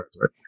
right